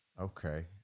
Okay